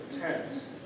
tense